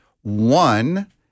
one